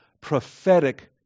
prophetic